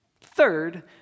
Third